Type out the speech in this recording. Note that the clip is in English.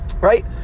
right